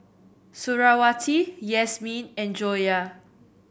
Suriawati Yasmin and Joyah